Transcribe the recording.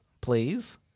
please